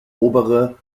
obere